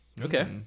Okay